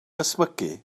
ysmygu